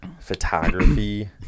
photography